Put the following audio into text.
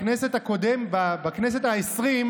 הכול יהיה בסדר.